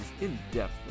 in-depth